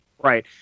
Right